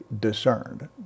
discerned